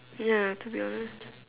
ya to be honest